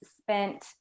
spent